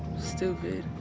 stupid.